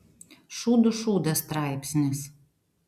šūdų šūdas straipsnis